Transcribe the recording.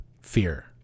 fear